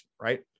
right